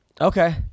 Okay